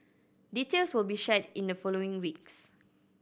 details will be shared in the following weeks